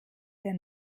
der